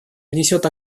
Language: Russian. внесет